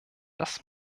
das